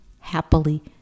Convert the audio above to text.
happily